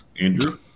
Andrew